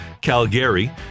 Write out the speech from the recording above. Calgary